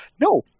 No